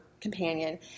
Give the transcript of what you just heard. companion